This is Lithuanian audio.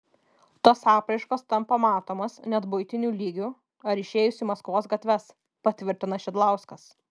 tos apraiškos tampa matomos net buitiniu lygiu ar išėjus į maskvos gatves patvirtina šidlauskas